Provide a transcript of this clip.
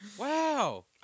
Wow